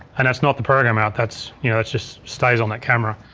and that's not the program out, that's you know it just stays on that camera.